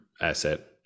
asset